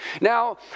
Now